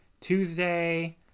Tuesday